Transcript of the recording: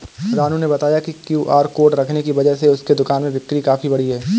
रानू ने बताया कि क्यू.आर कोड रखने की वजह से उसके दुकान में बिक्री काफ़ी बढ़ी है